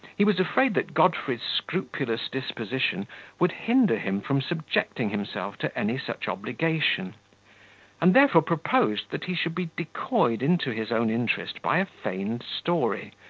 he was afraid that godfrey's scrupulous disposition would hinder him from subjecting himself to any such obligation and therefore proposed that he should be decoyed into his own interest by a feigned story,